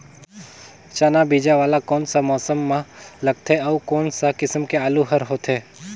चाना बीजा वाला कोन सा मौसम म लगथे अउ कोन सा किसम के आलू हर होथे?